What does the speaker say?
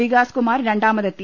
Vikas Kumar രണ്ടാമതെത്തി